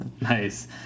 Nice